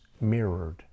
mirrored